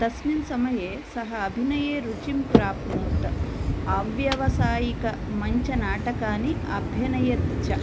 तस्मिन् समये सः अभिनये रुचिं प्राप्नोत् आव्यावसायिक मञ्चनाटकानि अभ्यनयत् च